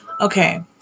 Okay